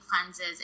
cleanses